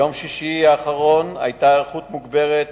ביום שישי האחרון היתה היערכות מוגברת,